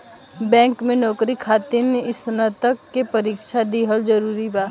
Bank में नौकरी खातिर स्नातक के परीक्षा दिहल जरूरी बा?